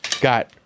got